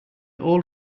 old